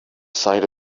side